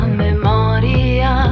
memoria